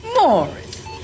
Morris